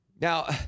Now